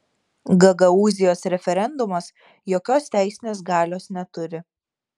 gagaūzijos referendumas jokios teisinės galios neturi